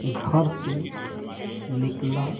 घर से निकला